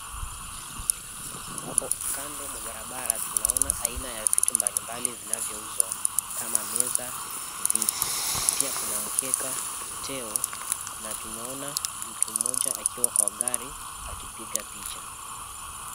Hapo kando mwa barabara tunaona aina ya vitu mbalimbali vinavyouzwa kama meza, viti pia kuna mkeka, uteo na tunaona mtu mmoja akiwa kwa gari akipiga picha